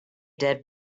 dead